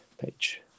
page